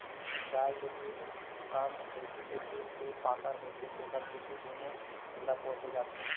गाय के दूद ह भइसी के दूद ले पातर होथे तेखर सेती दूनो ल पोसे जाथे